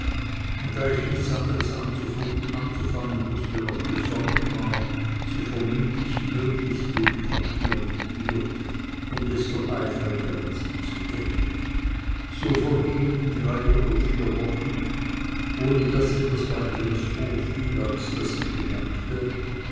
und da ich nichts anderes anzufangen wußte noch gesonnen war so vermied ich möglichst jeden verkehr mit ihr um desto eifriger an sie zu denken so vergingen drei oder vier wochen ohne daß etwas weiteres vorfiel als daß ich bemerkte